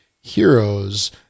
heroes